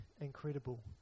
incredible